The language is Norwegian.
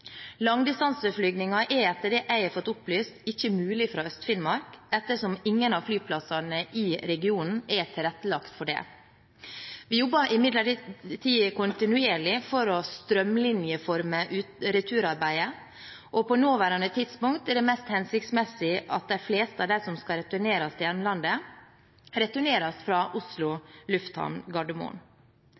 Langdistanseflygninger er etter det jeg har fått opplyst, ikke mulig fra Øst-Finnmark, ettersom ingen av flyplassene i regionen er tilrettelagt for det. Vi jobber imidlertid kontinuerlig for å strømlinjeforme returarbeidet, og på nåværende tidspunkt er det mest hensiktsmessig at de fleste av dem som skal returneres til hjemlandet, returneres fra Oslo Lufthavn.